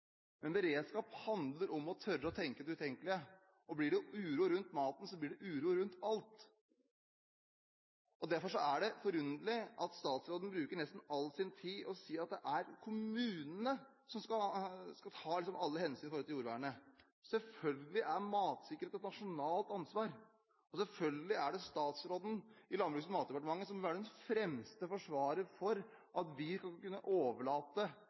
Men beredskap handler om å tørre å tenke det utenkelige. Blir det uro rundt maten, blir det uro rundt alt. Derfor er det forunderlig at statsråden bruker nesten all sin tid på å si at det er kommunene som skal ta alle hensyn når det gjelder jordvernet. Selvfølgelig er matsikkerhet et nasjonalt ansvar, og selvfølgelig bør statsråden i Landbruks- og matdepartementet være den fremste forsvarer av at vi skal kunne overlate